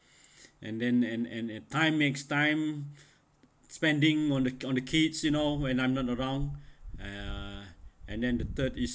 and then and and and time makes time spending on the on the kids you know when I'm not not around uh and then the third is